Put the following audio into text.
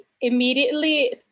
immediately